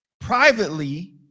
privately